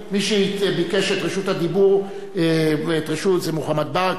מי שביקשו את רשות הדיבור אלה מוחמד ברכה,